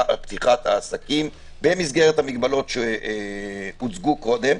על פתיחת העסקים במסגרת המגבלות שהוצגו קודם.